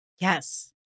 Yes